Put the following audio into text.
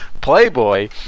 Playboy